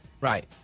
Right